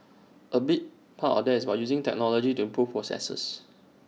A big part of that is about using technology to improve processes